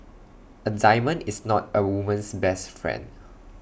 A diamond is not A woman's best friend